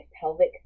pelvic